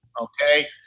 okay